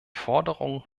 forderungen